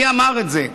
מי אמר את זה?